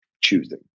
choosing